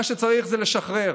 מה שצריך זה לשחרר,